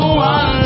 one